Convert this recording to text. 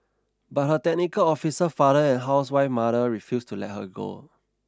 but her technical officer father and housewife mother refused to let her go